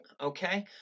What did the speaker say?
okay